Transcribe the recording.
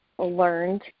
learned